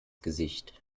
gesicht